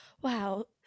wow